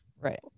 right